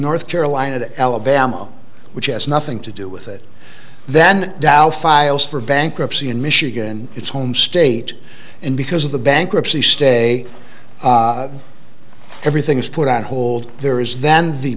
north carolina to alabama which has nothing to do with it then dow files for bankruptcy in michigan its home state and because of the bankruptcy stay everything's put on hold there is then the